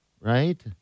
right